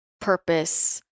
purpose